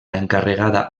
encarregada